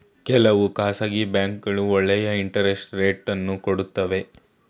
ಕೆಲವು ಖಾಸಗಿ ಬ್ಯಾಂಕ್ಗಳು ಒಳ್ಳೆಯ ಇಂಟರೆಸ್ಟ್ ರೇಟ್ ಅನ್ನು ಕೊಡುತ್ತವೆ